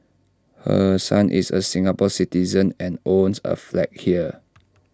her son is A Singapore Citizen and owns A flat here